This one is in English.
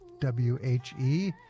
W-H-E